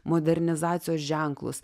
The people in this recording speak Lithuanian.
modernizacijos ženklus